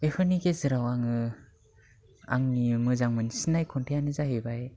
बेफोरनि गेजेराव आङो आंनि मोजां मोनसिननाय खन्थाइयानो जाहैबाय